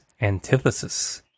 antithesis